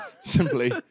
simply